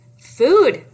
Food